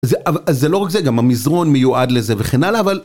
אז זה לא רק זה, גם המזרון מיועד לזה וכן הלאה, אבל...